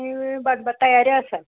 आनी बांदपा तयारी आसा